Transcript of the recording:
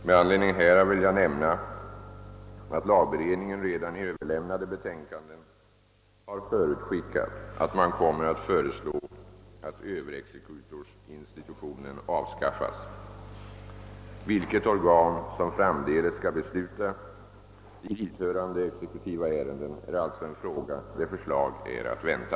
Med anledning härav vill jag nämna, att lagberedningen redan i överlämnade betänkanden har förutskickat att man kommer att föreslå att överexekutorsinstitutionen avskaffas. Vilket organ som framdeles skall besluta i hithörande exekutiva ärenden är alltså en fråga där förslag är att vänta.